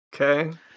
Okay